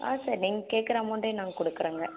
ஆ sir நீங்கள் கேக்கிற அமௌண்ட்டே நாங்கள் கொடுக்குறங்க